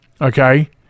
okay